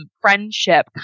friendship